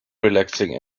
relaxing